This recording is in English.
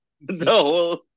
No